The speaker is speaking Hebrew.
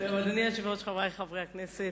אדוני היושב-ראש, חברי חברי הכנסת,